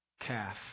calf